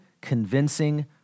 convincing